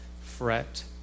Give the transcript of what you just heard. fret